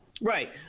Right